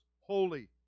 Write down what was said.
holy